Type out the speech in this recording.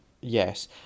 Yes